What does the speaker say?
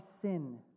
sin